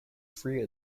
three